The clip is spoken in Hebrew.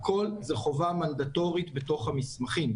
הכל זה חובה מנדטורית בתוך המסמכים,